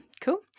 cool